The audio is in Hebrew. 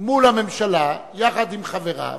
מול הממשלה, יחד עם חבריו,